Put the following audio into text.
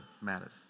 matters